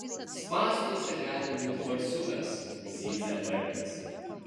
spąstuose gali būti barsukas zyzia barnis